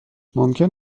ممکن